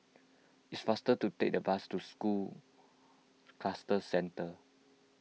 it's faster to take the bus to School Cluster Centre